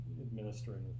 administering